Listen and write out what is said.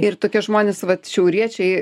ir tokie žmonės vat šiauriečiai